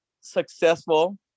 successful